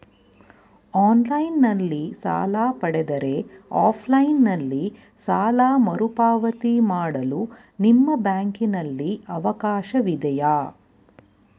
Online ನಲ್ಲಿ ಸಾಲ ಪಡೆದರೆ ಆಫ್ಲೈನ್ ನಲ್ಲಿ ಸಾಲ ಮರುಪಾವತಿ ಮಾಡಲು ನಿಮ್ಮ ಬ್ಯಾಂಕಿನಲ್ಲಿ ಅವಕಾಶವಿದೆಯಾ?